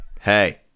hey